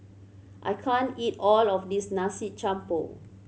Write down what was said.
I can't eat all of this Nasi Campur